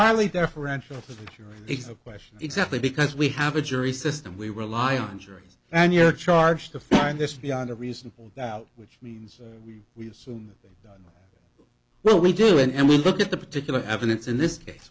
a question exactly because we have a jury system we rely on juries and you're charged to find this beyond a reasonable doubt which means we assume well we do and we look at the particular evidence in this case